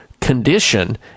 condition